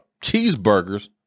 cheeseburgers